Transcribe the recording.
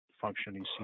functioning